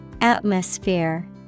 Atmosphere